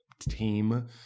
team